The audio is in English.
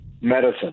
medicine